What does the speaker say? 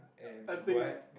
I think